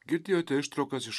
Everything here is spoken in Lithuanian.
girdėjote ištraukas iš